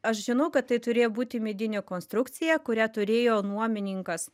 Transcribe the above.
aš žinau kad tai turėjo būti medinė konstrukcija kurią turėjo nuomininkas